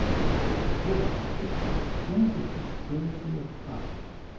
the whole world is a gigantic conspiracy of hush,